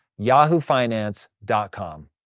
yahoofinance.com